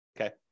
okay